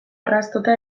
orraztuta